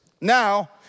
now